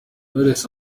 knowless